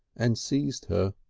and seized her.